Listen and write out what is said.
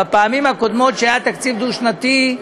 בפעמים הקודמות שהיה תקציב דו-שנתי,